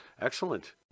Excellent